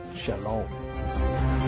Shalom